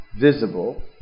visible